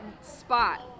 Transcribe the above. spot